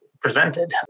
presented